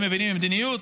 הם מבינים במדיניות?